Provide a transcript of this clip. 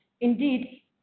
Indeed